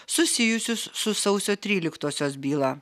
susijusius su sausio tryliktosios byla